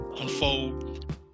unfold